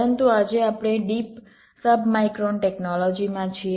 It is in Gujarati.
પરંતુ આજે આપણે ડીપ સબ માઈક્રોન ટેકનોલોજીમાં છીએ